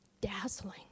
dazzling